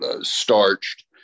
starched